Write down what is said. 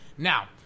Now